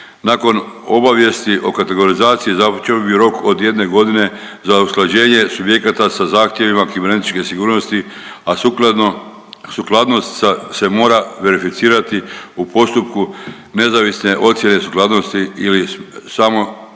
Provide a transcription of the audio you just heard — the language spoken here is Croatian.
Nakon obavijesti o kategorizaciji započeo bi rok od jedne godine za usklađenje subjekata sa zahtjevima kibernetičke sigurnosti, a sukladnost se mora verificirati u postupku nezavisne ocjene sukladnosti ili samo ocjene